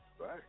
Right